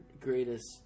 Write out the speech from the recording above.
greatest